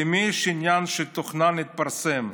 למי יש עניין שתוכנן יתפרסם?